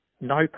no